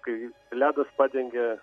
kai ledas padengia